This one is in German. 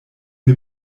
mir